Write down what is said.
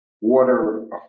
Water